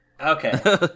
Okay